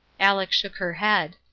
aleck shook her head.